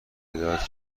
هدایت